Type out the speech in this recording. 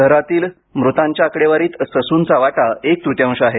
शहरातील मृतांचा आकडेवारीत ससूनचा वाटा एक तृतीयांश आहे